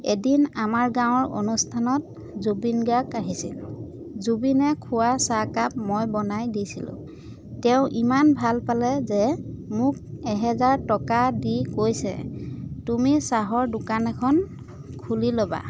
এদিন আমাৰ গাঁৱৰ অনুষ্ঠানত জুবিন গাৰ্গ আহিছিল জুবিনে খোৱা চাহ একাপ মই বনাই দিছিলোঁ তেওঁ ইমান ভাল পালে যে মোক এহেজাৰ টকা দি কৈছে তুমি চাহৰ দোকান এখন খুলি ল'বা